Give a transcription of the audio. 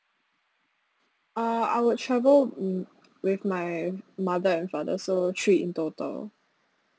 uh I would travel w~ with my mother and father so three in total